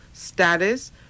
Status